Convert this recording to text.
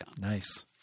Nice